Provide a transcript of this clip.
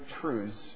truths